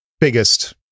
biggest